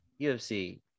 UFC